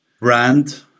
brand